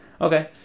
Okay